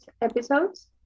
episodes